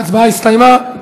ההצבעה הסתיימה.